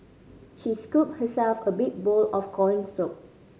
she scooped herself a big bowl of corn soup